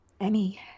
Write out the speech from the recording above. Emmy